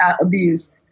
abuse